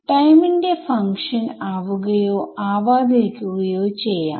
ടൈമിന്റെ ഫങ്ക്ഷൻ ആവുകയോ ആവാതിരിക്കുകയോ ചെയ്യാം